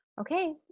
Okay